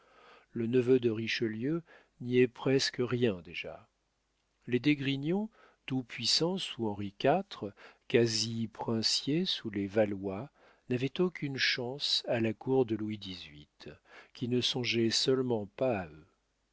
le neveu de richelieu n'y est presque rien déjà les d'esgrignon tout-puissants sous henri iv quasi princiers sous les valois n'avaient aucune chance à la cour de louis xviii qui ne songeait seulement pas à eux